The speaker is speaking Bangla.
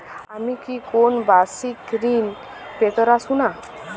আমি কি কোন বাষিক ঋন পেতরাশুনা?